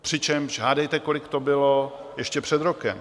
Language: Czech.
Přičemž hádejte, kolik to bylo ještě před rokem?